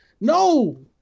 No